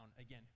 again